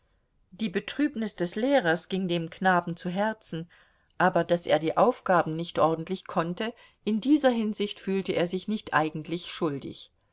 die betrübnis des lehrers ging dem knaben zu herzen aber daß er die aufgaben nicht ordentlich konnte in dieser hinsicht fühlte er sich nicht eigentlich schuldig